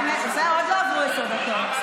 אין כזה דבר,